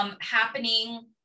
happening